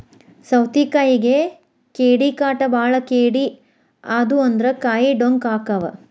ಸೌತಿಕಾಯಿಗೆ ಕೇಡಿಕಾಟ ಬಾಳ ಕೇಡಿ ಆದು ಅಂದ್ರ ಕಾಯಿ ಡೊಂಕ ಅಕಾವ್